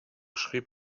schrieb